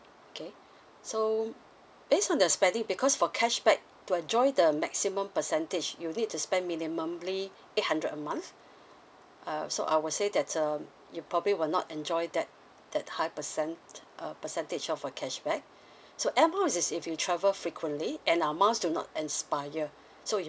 okay so based on your spending because for cashback to enjoy the maximum percentage you'll need to spend minimally eight hundred a month uh so I would say that's um you probably will not enjoy that that high percent uh percentage of a cashback so air miles it is if you travel frequently and the amount do not expire so you